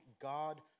God